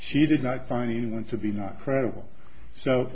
she did not find anyone to be not credible so